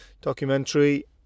Documentary